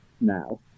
now